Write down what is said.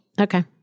Okay